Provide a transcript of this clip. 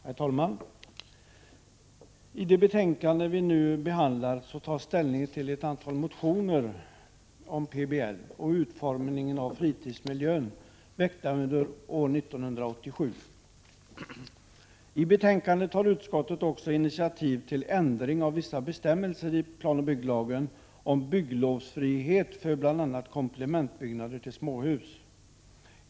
Herr talman! I det betänkande som vi nu behandlar tar man ställning till ett antal motioner om planoch bygglagen, PBL, och om utformningen av fritidsmiljön, väckta under år 1987. I betänkandet tar utskottet initiativ till en ändring av vissa bestämmelser i planoch bygglagen beträffande bygglovsfrihet för bl.a. komplementbyggnader i anslutning till småhus.